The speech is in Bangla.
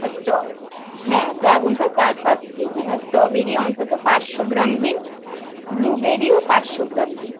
ও স্ট হ্যাঁ ড্রাগনটা চার পাঁচ পিস দিন আর স্ট্রবেরি অন্তত পাঁচশো গ্রাম দিন ব্লুবেরিও পাঁচশো গ্রাম দিন